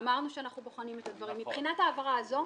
ואמרנו שאנחנו בוחנים את הדברים לגבי ההעברה הזאת,